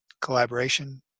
collaboration